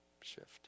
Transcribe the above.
Shift